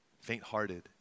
faint-hearted